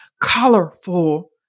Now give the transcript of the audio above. colorful